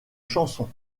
chanson